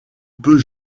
peut